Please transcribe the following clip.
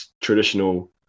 traditional